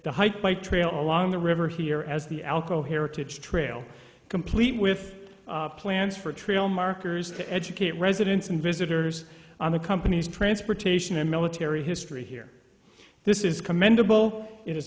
the hike bike trail along the river here as the alko heritage trail complete with plans for a trail markers to educate residents and visitors on the company's transportation and military history here this is commendable i